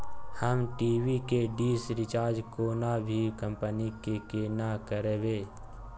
हम टी.वी के dish recharge कोनो भी कंपनी के केना करबे?